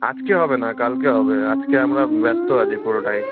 আজকে হবে না কালকে হবে আজকে আমরা ব্যস্ত আছি পুরোটাই